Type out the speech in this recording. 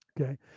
Okay